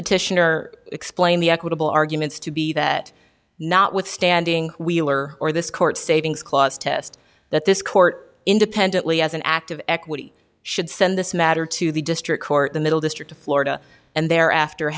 petitioner explain the equitable arguments to be that notwithstanding wheeler or this court savings clause test that this court independently as an act of equity should send this matter to the district court the middle district of florida and thereafter